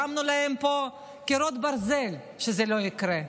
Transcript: הרמנו להם פה קירות ברזל כדי שזה לא יקרה.